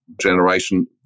generation